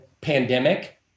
pandemic